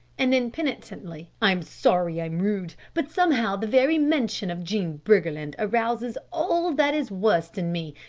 and then penitently, i'm sorry i'm rude, but somehow the very mention of jean briggerland arouses all that is worst in me.